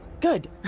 Good